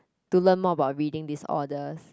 to learn more about reading disorders